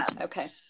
okay